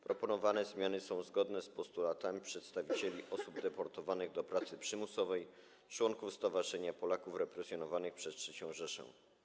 Proponowane zmiany są zgodne z postulatami przedstawicieli osób deportowanych do pracy przymusowej, członków Stowarzyszenia Polaków Represjonowanych przez III Rzeszę.